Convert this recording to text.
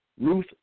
Ruth